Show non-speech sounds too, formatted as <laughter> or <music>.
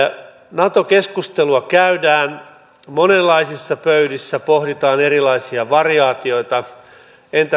nato keskustelua käydään monenlaisissa pöydissä pohditaan erilaisia variaatioita en <unintelligible>